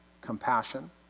compassion